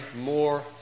more